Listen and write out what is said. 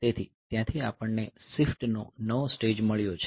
તેથી ત્યાંથી આપણને શિફ્ટ નો નવો સ્ટેજ મળ્યો છે